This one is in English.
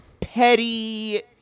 petty